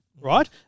right